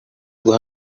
guha